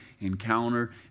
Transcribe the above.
encounter